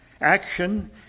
Action